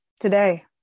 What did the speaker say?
Today